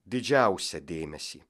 didžiausią dėmesį